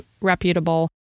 reputable